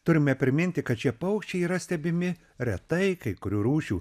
turime priminti kad šie paukščiai yra stebimi retai kai kurių rūšių